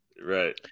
Right